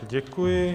Děkuji.